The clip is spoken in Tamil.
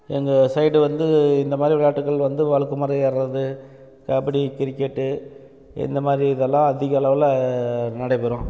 எங்கள் சைடு வந்து இந்த மாதிரி விளையாட்டுக்கள் வந்து வழுக்கு மரம் ஏறுறது கபடி கிரிக்கெட்டு இந்த மாதிரி இதெல்லாம் அதிகளவில் நடைபெறும்